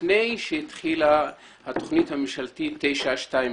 לפני שהתחילה התוכנית הממשלתית 922